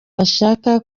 bashaka